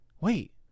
wait